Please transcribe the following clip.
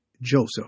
Joseph